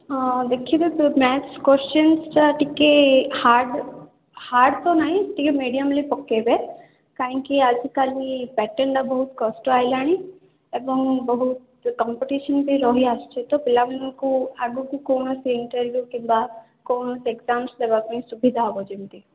ହଁ ଦେଖିବେ ସେ ମ୍ୟାଥ୍ କୋଶ୍ଚେନ୍ଟା ଟିକେ ହାର୍ଡ଼ ହାର୍ଡ଼୍ ତ ନାହିଁ ଟିକେ ମିଡ଼ିୟମଲି ପକାଇବେ କାଇଁକି ଆଜିକାଲି ପ୍ୟାଟନ୍ଟା ବହୁତ କଷ୍ଟ ଆଇଲାଣି ଏବଂ ବହୁତ କମ୍ପିଟିସନ୍ ବି ରହି ଆସୁଛି ତ ପିଲାମାନଙ୍କୁ ଆଗକୁ କୌଣସି ଇଣ୍ଟରଭିୟୁ କିମ୍ବା କୌଣସି ଏକଜାମ୍ସ ଦେବାପାଇଁ ସୁବିଧା ହେବ ଯେମିତି